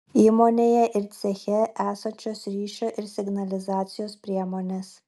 įmonėje ir ceche esančios ryšio ir signalizacijos priemonės